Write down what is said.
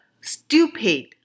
stupid